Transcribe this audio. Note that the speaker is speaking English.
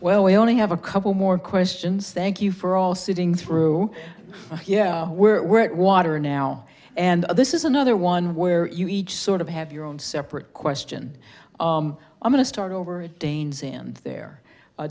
well i only have a couple more questions thank you for all sitting through yeah we're at water now and this is another one where you each sort of have your own separate question i'm going to start over a dane's in there a